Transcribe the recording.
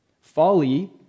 Folly